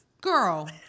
Girl